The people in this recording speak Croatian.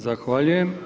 Zahvaljujem.